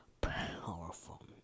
powerful